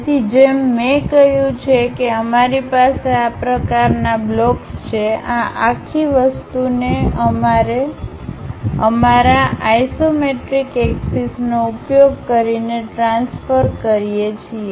તેથી જેમ મેં કહ્યું છે કે અમારી પાસે આ પ્રકારના બ્લોક્સ છે આ આખી વસ્તુને અમારા આઇસોમેટ્રિક એક્સિસ નો ઉપયોગ કરીને ટ્રાન્સફર કરીએ છીએ